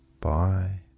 Bye